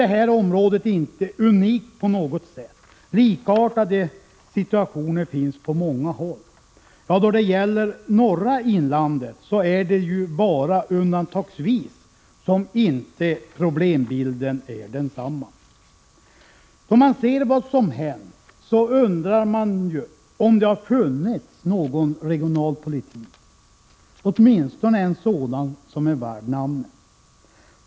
Detta område är inte unikt på något sätt. Likartade situationer finns på många håll. När det gäller norra inlandet är det tvärtom så att det är bara undantagsvis som problembilden inte är densamma. När man ser vad som har hänt, undrar man om det har funnits någon regionalpolitik värd namnet.